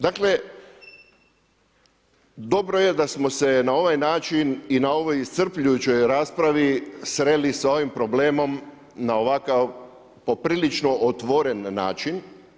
Dakle, dobro je da smo se na ovaj način i na ovoj iscrpljujućoj raspravi sreli s ovim problemom na ovakav poprilično otvoren način.